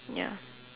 ya